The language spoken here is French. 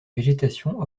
végétation